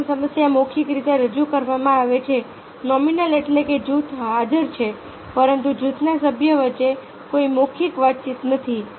પ્રથમ સમસ્યા મૌખિક રીતે રજૂ કરવામાં આવે છે નોમિનલ એટલે કે જૂથ હાજર છે પરંતુ જૂથના સભ્યો વચ્ચે કોઈ મૌખિક વાતચીત નથી